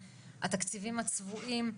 התקציבים הצבועים.